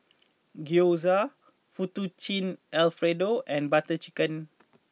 Gyoza Fettuccine Alfredo and Butter Chicken